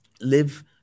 live